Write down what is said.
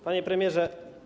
Panie Premierze!